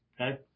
okay